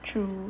true